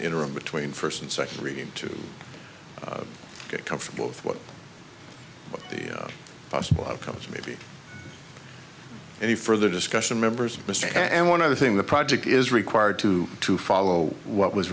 interim between first and second reading to get comfortable with what the possible outcomes of maybe any further discussion members mr and one other thing the project is required to to follow what was